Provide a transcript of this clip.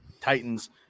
Titans